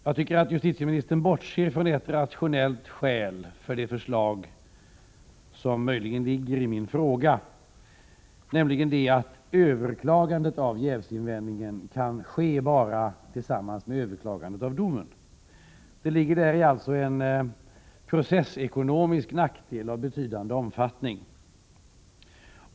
Jag tycker att justitieministern bortser från ett rationellt skäl till det förslag som möjligen ligger i min fråga, nämligen att överklagandet av jävsinvändningen kan ske bara tillsammans med överklagandet av domen. Det ligger alltså däri en processekonomisk nackdel av betydande omfattning.